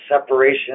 separation